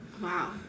Wow